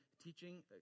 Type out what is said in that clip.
teaching